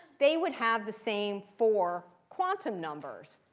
they would have the same four quantum numbers.